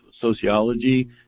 sociology